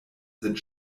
sind